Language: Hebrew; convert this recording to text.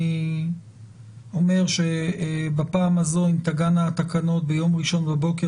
אני אומר בפעם הזו אם תגענה התקנות ביום ראשון בבוקר,